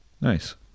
Nice